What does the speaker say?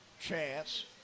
chance